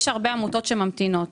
יש הרבה עמותות שממתינות